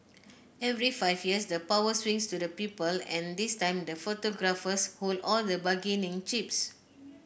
every five years the power swings to the people and this time the photographers hold all the bargaining chips